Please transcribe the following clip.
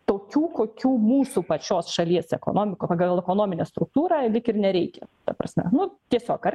tokių kokių mūsų pačios šalies ekonomika pagal ekonominę struktūrą lyg ir nereikia ta prasme nu tiesiog ar